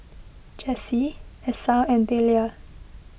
Jessee Esau and Delia